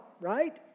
right